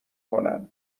کنن